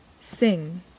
Sing